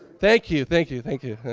thank you. thank you. thank you.